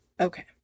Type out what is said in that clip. Okay